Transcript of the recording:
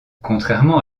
contrairement